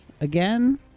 again